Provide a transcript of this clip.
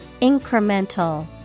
Incremental